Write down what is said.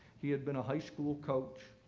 he had been a high school coach.